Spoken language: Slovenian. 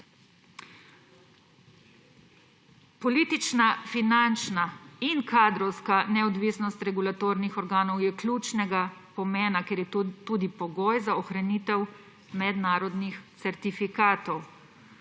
Politična, finančna in kadrovska neodvisnost regulatornih organov je ključnega pomena, ker je to tudi pogoj za ohranitev mednarodnih certifikatov.